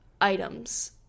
items